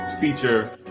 feature